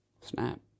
Snap